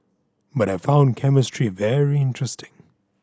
but I found chemistry very interesting